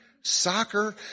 soccer